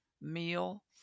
meal